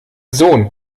sohn